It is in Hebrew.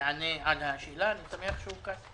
יענה על השאלה, אני שמח שהוא כאן.